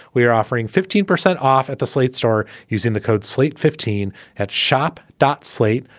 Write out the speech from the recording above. we are offering fifteen percent off at the slate store using the code slate. fifteen hat shop. dot slate.